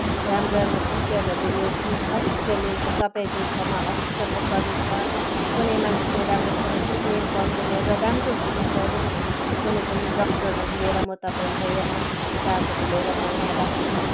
राम्रो राम्रो टिचरहरू ल्याउँछु हस्पिटल ल्याउँछु तपाईँहरूको ठाउँमा हस्पिटलको कमी छ कुनै मान्छेले राम्रोसँग ट्रिटमेन्ट पाउँदैन एउटा राम्रो फिजिसियन कुनै पनि डक्टरहरू लिएर म तपाईँको यहाँ नर्सिङ स्टाफ लिएर म यहाँ राख्छु